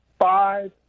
five